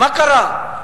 מה קרה?